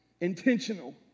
intentional